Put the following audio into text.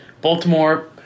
Baltimore